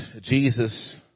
jesus